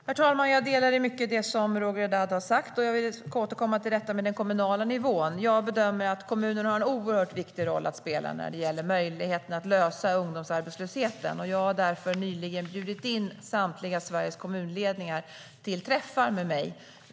Herr talman! Jag instämmer i mycket av det som Roger Haddad har sagt och vill återkomma till den kommunala nivån. Jag bedömer att kommunerna har en oerhört viktig roll att spela när det gäller möjligheten att lösa problemet med ungdomsarbetslösheten. Därför har jag nyligen bjudit in samtliga kommunledningar i Sverige till träffar med mig.